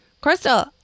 Crystal